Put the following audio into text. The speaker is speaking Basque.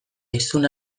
hiztun